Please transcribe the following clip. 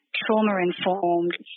trauma-informed